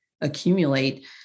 accumulate